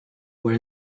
were